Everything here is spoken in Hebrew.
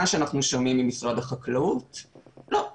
מה שאנחנו שומעים ממשרד החקלאות זה: לא,